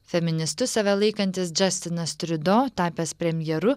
feministu save laikantis džastinas triudo tapęs premjeru